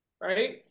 right